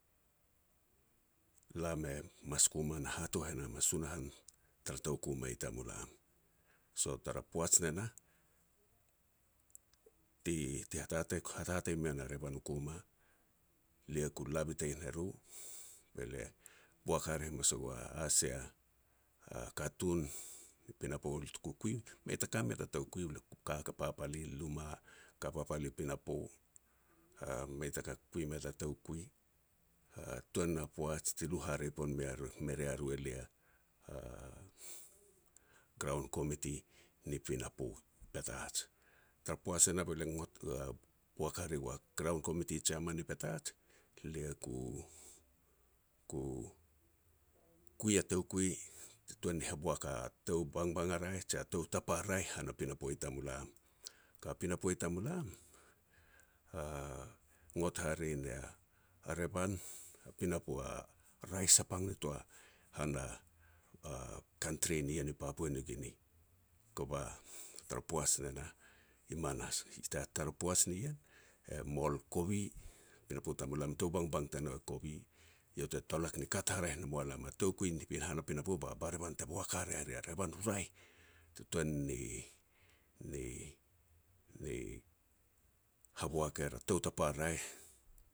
Lam mas kuma na hatouh e nam a Sunahan tara tou kuma i tamulam. So tara poaj ne nah, ti-ti hatatei-hatatei mean a revan u kuma, lia ku la bitein e ru be lia boak hare hamas gua asia a katun ni pinapo mei taka ka mea ta toukui, lia ku ka papal i luma, lia ku ka papal i pinapo, mei taka kui mea ta toukui. Tuan na poaj ti lu hare pon me ru me ria ru elia graun komiti ni pinapo, Petats. Tara poaj ne nah be lia ngot boak hare gua graun komiti jiaman ni Petats. Lia ku-ku kui a toukui te tuan ni haboak a tou bangbang a raeh jia tou tapa raeh han a pinapo i tamulam. Ka pinapo i tamulam, ngot hare nia a revan a pinapo a raeh sapang nitoa han a kantri nien i Papua New Guinea, kova tara poaj ne nah, i manas. Tara poaj nien, e mol kovi, pinapo tamulam tou bangbang tanou e kovi, iau te tolak ni kat haraeh ne mua lam a toukui ni han a pinapo ba barevan te boak hare re a revan u raeh, te tuan ni-ni-ni haboak er a tou tapa raeh